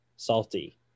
Salty